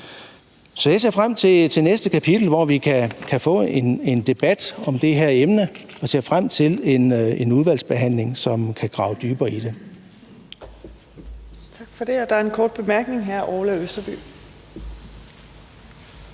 Jeg ser frem til næste kapitel, hvor vi kan få en debat om det her emne. Jeg ser frem til en udvalgsbehandling, som kan grave dybere i det. Kl. 19:22 Fjerde næstformand (Trine Torp):